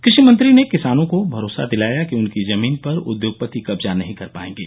कृषि मंत्री ने किसानों को भरोसा दिलाया कि उनकी जमीन पर उद्योगपति कब्जा नहीं कर पाएगे